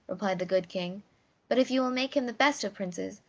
replied the good king but if you will make him the best of princes,